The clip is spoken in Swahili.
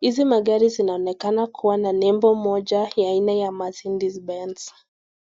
Hizi magari zinaonekana kuwa na nembo moja ya aina ya (cs)Mercedes Benz(cs).